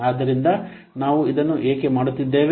ಆದ್ದರಿಂದ ನಾವು ಇದನ್ನು ಏಕೆ ಮಾಡುತ್ತಿದ್ದೇವೆ